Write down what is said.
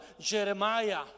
Jeremiah